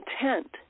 intent